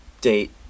date